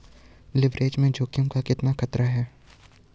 Leverage में जोखिम का कितना खतरा है?